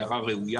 הערה ראויה.